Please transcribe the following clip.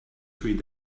three